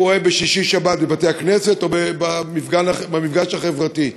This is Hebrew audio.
רואה בשישי-שבת בבתי-הכנסת או במפגש חברתי.